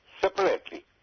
separately